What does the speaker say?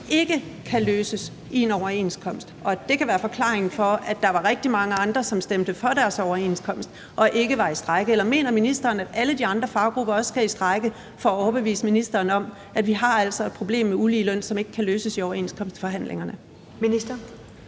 ikke kan løses i en overenskomst, og at det kan være forklaringen på, at der var rigtig mange andre, som stemte for deres overenskomst og ikke var i strejke? Eller mener ministeren, at alle de andre faggrupper også skal i strejke for at overbevise ministeren om, at vi altså har et problem med ulige løn, som ikke kan løses i overenskomstforhandlingerne? Kl.